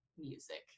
music